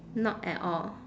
not at all